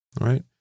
right